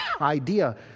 idea